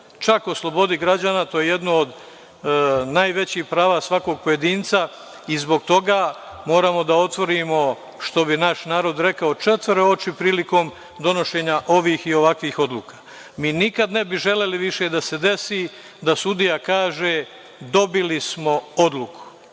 čak o slobodi građana, a to je jedno od najvećih prava svakog pojedinca. Zbog toga moramo da otvorimo, što bi naš narod rekao, četvoro očiju prilikom donošenja ovih i ovakvih odluka. Mi nikada ne bi želeli više da se desi da sudija kaže – dobili smo odluku.